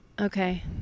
Okay